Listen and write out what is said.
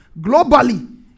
globally